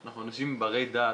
אנחנו אנשים ברי דעת,